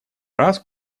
раз